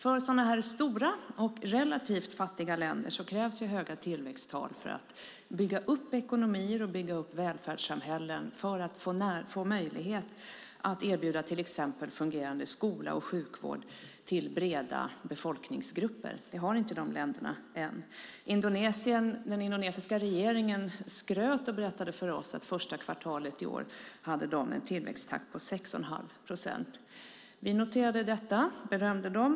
För sådana här stora och relativt fattiga länder krävs höga tillväxttal för att bygga upp ekonomier och välfärdssamhällen som har möjlighet att erbjuda till exempel fungerande skola och sjukvård till breda befolkningsgrupper. Dessa länder har inte detta än. Den indonesiska regeringen berättade stolt för oss att man under första kvartalet i år hade en tillväxt på 6 1⁄2 procent. Vi noterade detta och berömde dem.